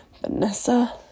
Vanessa